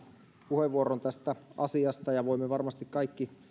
puheenvuoron tästä asiasta ja voimme varmasti kaikki